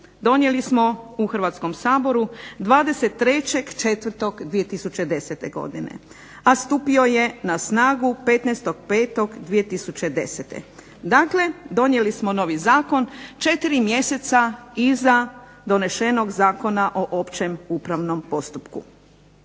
donijeli smo u Hrvatskom saboru 23.04.2010. godine, a stupio je na snagu 15.05.2010., dakle donijeli smo novi zakon četiri mjeseca iza donesenog Zakona o općem upravnom postupku.